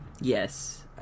Yes